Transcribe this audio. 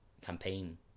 campaign